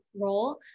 role